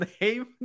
name